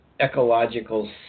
Ecological